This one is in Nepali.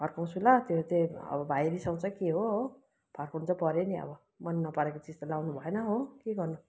फर्काउँछु ल त्यो त्यही अब भाइ रिसाउँछ कि के हो हो फर्काउनु चाहिँ पर्यो नि अब मन नपरेको चिज त लगाउनुभएन हो के गर्नु